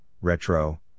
retro